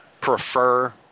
prefer